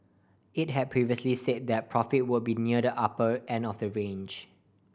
it had previously said that profit would be near the upper end of that range